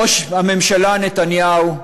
ראש הממשלה נתניהו,